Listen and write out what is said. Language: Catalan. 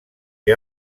que